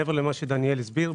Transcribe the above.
מעבר למה שדניאל הסביר,